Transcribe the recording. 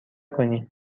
کنی